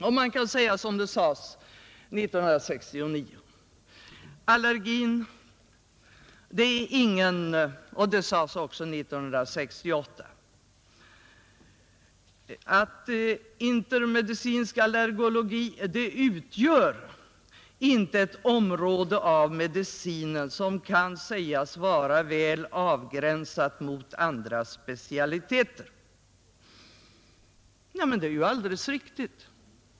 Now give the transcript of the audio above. Och man kan säga som det sades 1969 och även 1968: invärtesmedicinsk allergologi utgör inte ett område av medicinen som är väl avgränsat mot andra specialiteter. Det är alldeles riktigt.